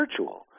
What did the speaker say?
virtual